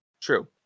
True